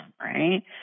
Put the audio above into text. right